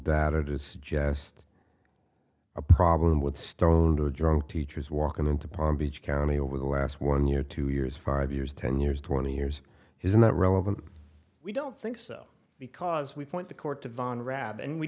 to suggest a problem with stoned or drunk teachers walking into palm beach county over the last one year two years five years ten years twenty years isn't that relevant we don't think so because we point the court to von rab and we